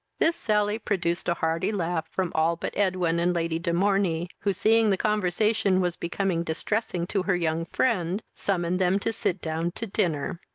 this sally produced a hearty laugh from all but edwin and lady de morney, who, seeing the conversation was become distressing to her young friend, summoned them to sit down to dinner.